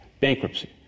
bankruptcy